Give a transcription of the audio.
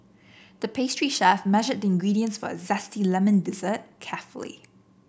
the pastry chef measured the ingredients for a zesty lemon dessert carefully